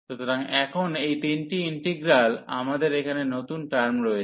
সুতরাং এখন এই তিনটি ইন্টিগ্রাল আমাদের এখানে নতুন টার্ম রয়েছে